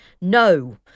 No